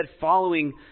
following